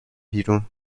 بیرون